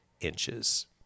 inches